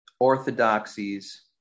orthodoxies